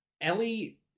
ellie